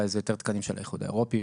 זה יותר תקנים זה האיחוד האירופי,